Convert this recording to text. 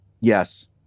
yes